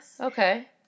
Okay